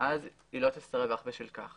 היא לא תסרב רק בשל כך